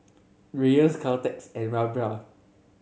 Dreyers Caltex and Rayban